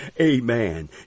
amen